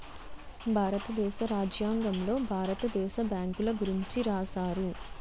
భారతదేశ రాజ్యాంగంలో భారత దేశ బ్యాంకుల గురించి రాశారు